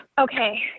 Okay